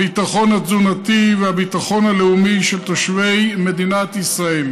הביטחון התזונתי והביטחון הלאומי של תושבי מדינת ישראל,